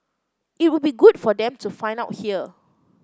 it would be good for them to find out here